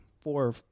four